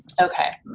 okay,